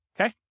Okay